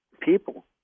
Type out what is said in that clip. people